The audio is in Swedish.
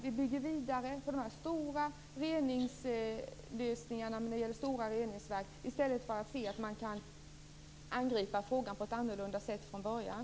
Vi bygger vidare på de stora lösningarna med stora reningsverk i stället för att angripa frågan på ett annorlunda sätt från början.